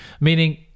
Meaning